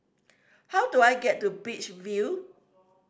how do I get to Beach View